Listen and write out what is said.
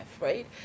right